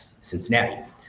Cincinnati